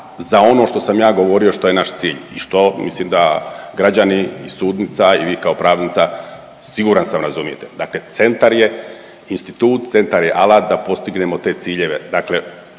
za ono što sam ja govorio što je naš cilj i što mislim da građani, sudnica i vi kao pravnica, siguran sam, razumijete. Dakle centar je institut, centar je alat da postignemo te ciljeve.